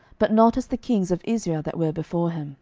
but not as the kings of israel that were before him